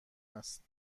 هست